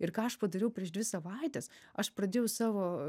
ir ką aš padariau prieš dvi savaites aš pradėjau savo